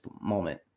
moment